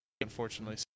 unfortunately